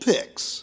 Picks